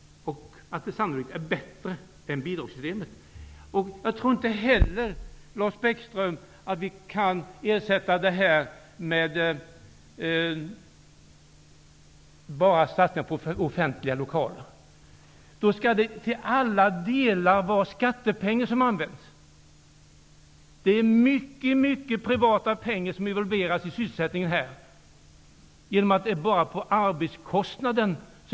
Det är sannolikt bättre än ett bidragssystem. Jag tror inte heller, Lars Bäckström, att vi kan ersätta det här genom att enbart satsa på offentliga lokaler. Det skall då till alla delar vara skattepengar som används. Det är oerhört mycket privata pengar som här involveras i sysselsättningen, eftersom bidrag bara lämnas till arbetskostnaden.